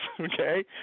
okay